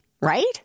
right